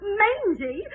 mangy